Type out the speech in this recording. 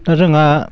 दा जोंहा